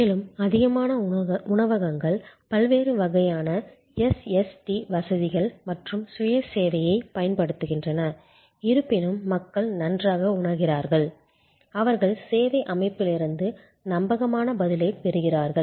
மேலும் அதிகமான உணவகங்கள் பல்வேறு வகையான SST வசதிகள் மற்றும் சுய சேவையைப் பயன்படுத்துகின்றன இருப்பினும் மக்கள் நன்றாக உணர்கிறார்கள் அவர்கள் சேவை அமைப்பிலிருந்து நம்பகமான பதிலைப் பெறுகிறார்கள்